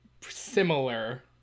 similar